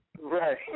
Right